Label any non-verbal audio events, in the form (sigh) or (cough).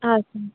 (unintelligible)